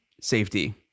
safety